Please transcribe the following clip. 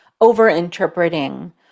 over-interpreting